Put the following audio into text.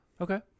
Okay